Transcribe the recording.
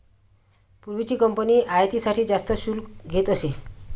पूर्वीची कंपनी आयातीसाठी जास्त शुल्क घेत असे